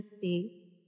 see